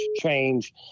change